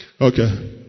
Okay